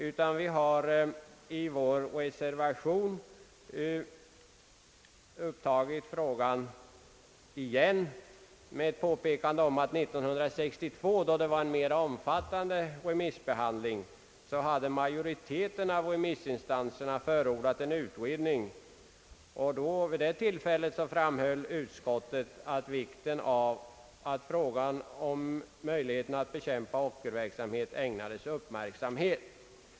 I reservationen har vi tagit upp frågan på nytt och påpekat att 1962, då remissbehandlingen var mera omfattande, förordade majoriteten av remissinstanserna en utredning. Vid det tillfället framhöll utskottet också vikten av att frågan om möjligheterna att bekämpa ockerverksamhet ägnades uppmärksamhet.